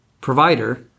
provider